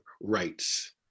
rights